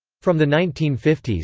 from the nineteen fifty s,